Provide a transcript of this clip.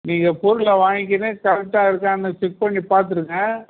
நீங்கள் பொருளை வாங்கிக்கின்னு கரெக்டாக இருக்கான்னு செக் பண்ணி பாத்துடுங்க